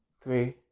three